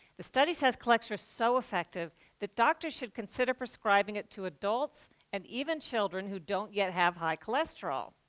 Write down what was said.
the study says cholextra is so effective that doctors should consider prescribing it to adults and even children who don't yet have high cholesterol.